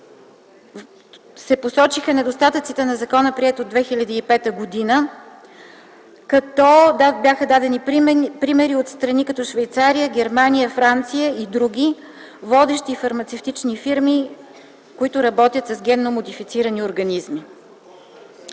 се посочиха недостатъците на закона, приет от 2005 г., като бяха дадени примери от страни като Швейцария, Германия, Франция и др. водещи фармацевтични фирми, които работят с генно модифицирани организми.